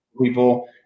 people